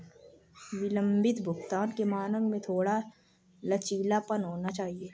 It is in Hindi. विलंबित भुगतान के मानक में थोड़ा लचीलापन होना चाहिए